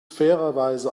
fairerweise